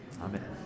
Amen